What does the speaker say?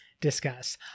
discuss